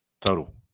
total